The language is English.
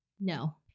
No